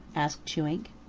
asked chewink.